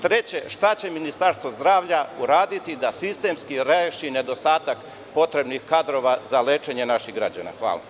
Treće, šta će Ministarstvo zdravlja uraditi da sistemski reši nedostatak potrebnih kadrova za lečenje naših građana?